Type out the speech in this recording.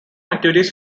activities